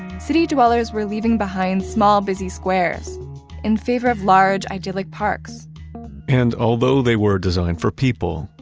city dwellers were leaving behind small busy squares in favor of large idyllic parks and although they were designed for people,